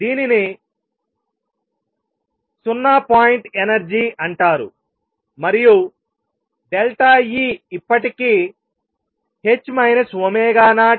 దీనిని 0 point energy అంటారు మరియు E ఇప్పటికీ 0 లేదా h0